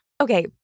Okay